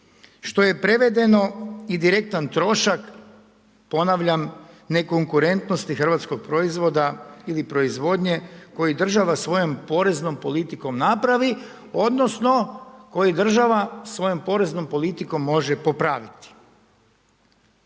što je prevedeno i direktan trošak, ponavljam, nekonkurentnosti hrvatskog proizvoda ili proizvodnje koji država svojom poreznom politikom napravi odnosno koji država svojom poreznom politikom može popraviti.